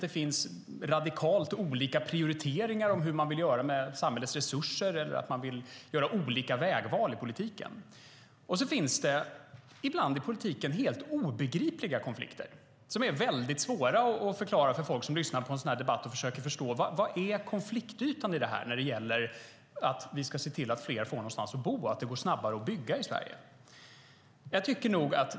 Det finns radikalt olika prioriteringar av hur man vill göra med samhällets resurser, och man vill göra olika vägval i politiken. Sedan finns det ibland i politiken helt obegripliga konflikter som är väldigt svåra att förklara för människor som lyssnar på en sådan här debatt och försöker förstå: Vad är konfliktytan i att vi ska se till att fler ska få någonstans att bo och att det ska gå snabbare att bygga i Sverige?